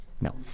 no